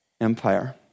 Empire